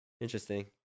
Interesting